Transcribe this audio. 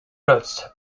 nuts